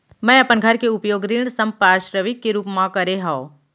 मै अपन घर के उपयोग ऋण संपार्श्विक के रूप मा करे हव